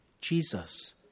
Jesus